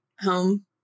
home